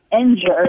injured